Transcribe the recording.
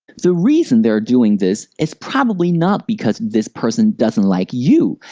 the reason they are doing this is probably not because this person doesn't like you.